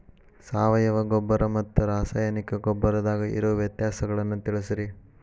ಸಾವಯವ ಗೊಬ್ಬರ ಮತ್ತ ರಾಸಾಯನಿಕ ಗೊಬ್ಬರದಾಗ ಇರೋ ವ್ಯತ್ಯಾಸಗಳನ್ನ ತಿಳಸ್ರಿ